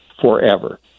forever